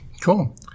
cool